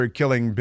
killing